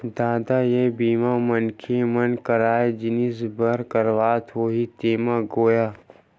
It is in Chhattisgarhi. ददा ये बीमा मनखे मन काय जिनिय बर करवात होही तेमा गोय?